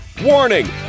warning